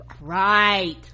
right